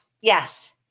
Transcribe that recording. Yes